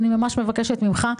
אני ממש מבקשת ממך,